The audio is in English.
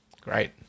Great